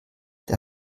der